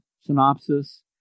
synopsis